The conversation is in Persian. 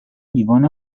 لیوان